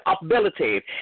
ability